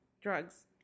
drugs